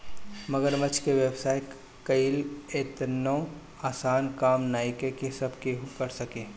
मगरमच्छ के व्यवसाय कईल एतनो आसान काम नइखे की सब केहू कर सके